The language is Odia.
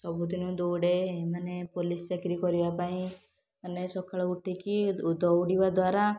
ସବୁଦିନ ଦୌଡ଼େ ମାନେ ପୋଲିସ୍ ଚାକିରି କରିବାପାଇଁ ମାନେ ସକାଳୁ ଉଠିକି ଦୌଡ଼ିବା ଦ୍ୱାରା